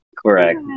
Correct